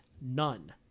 None